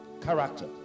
Character